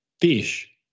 fish